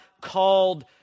called